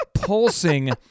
pulsing